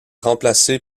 remplacé